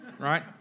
Right